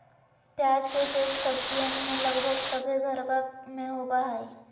प्याज के उपयोग सब्जीयन में लगभग सभ्भे घरवा में होबा हई